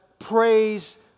Praise